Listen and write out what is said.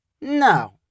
No